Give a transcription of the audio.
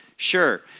Sure